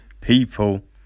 people